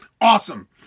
Awesome